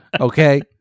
okay